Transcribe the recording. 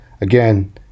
again